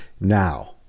now